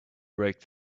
break